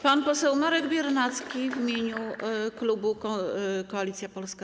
Pan poseł Marek Biernacki w imieniu klubu Koalicja Polska.